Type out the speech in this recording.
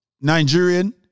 Nigerian